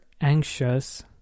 anxious